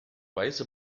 weiße